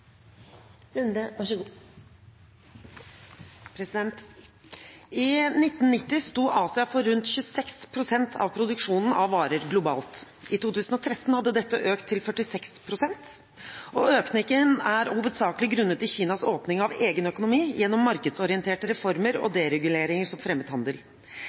I 1990 sto Asia for rundt 26 pst. av produksjonen av varer globalt. I 2013 hadde dette økt til 46 pst. Økningen er hovedsakelig grunnet i Kinas åpning av egen økonomi, gjennom markedsorienterte reformer og dereguleringer som fremmet handel.